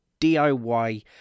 DIY